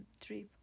trip